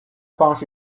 方式